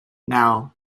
naŭ